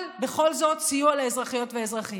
אבל בכל זאת, זה סיוע לאזרחיות ולאזרחים.